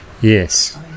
Yes